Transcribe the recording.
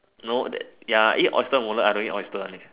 no that ya I eat oyster omelette I don't eat oyster eh